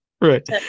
right